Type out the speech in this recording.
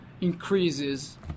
increases